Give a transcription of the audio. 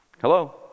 hello